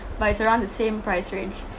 but it's around the same price range